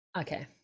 Okay